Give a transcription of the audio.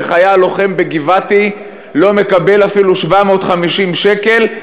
וחייל לוחם בגבעתי לא מקבל אפילו 750 שקל,